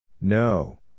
No